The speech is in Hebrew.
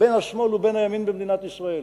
בין השמאל לבין הימין במדינת ישראל.